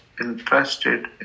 interested